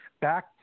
back